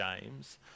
James